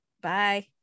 bye